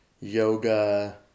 yoga